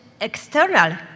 external